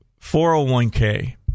401k